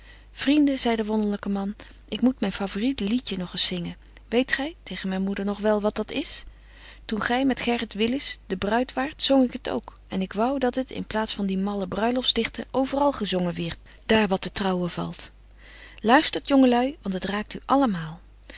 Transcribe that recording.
zei de wonderlyke man ik moet myn favorit liedje nog eens zingen weet gy tegen myne moeder nog wel wat dat is toen gy met gerrit willis de bruid waart zong ik het ook en ik wou dat het in plaats van die malle bruiloftsdichten overal gezongen wierdt daar wat te trouwen valt luistert jonge lui want het raakt u allemaal